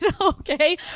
Okay